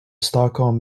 stockholm